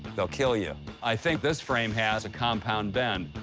they'll kill you. i think this frame has a compound bend.